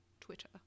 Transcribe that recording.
Twitter